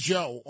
Joe